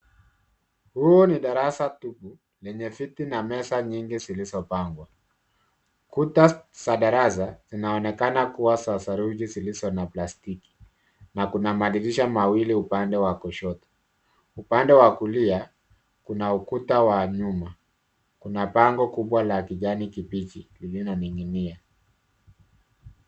Huu ni darasa tupu lenye viti na meza nyingi zilizopangwa. Kuta za darasa inaonekana kuwa za saruji zilizo na plastiki na kuna madirisha mawili upande wa kushoto. Upande wa kulia kuna ukuta wa nyuma. Kuna bango kubwa la kijani kibichi lililoning'inia.